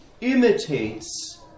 imitates